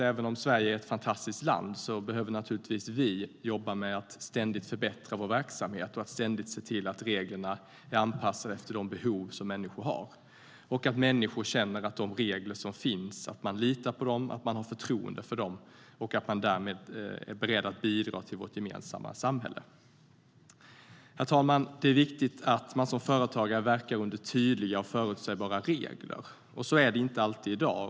Även om Sverige är ett fantastiskt land behöver vi jobba med att ständigt förbättra vår verksamhet och se till att reglerna är anpassade efter människors behov och att människor känner att de litar på och har förtroende för reglerna och därmed är beredda att bidra till vårt gemensamma samhälle. Herr ålderspresident! Det är viktigt att man som företagare verkar under tydliga och förutsägbara regler. Så är det inte alltid i dag.